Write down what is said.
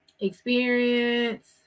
Experience